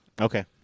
Okay